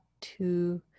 two